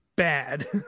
bad